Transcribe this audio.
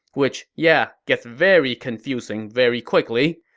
which yeah, gets very confusing very quickly.